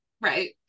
right